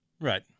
Right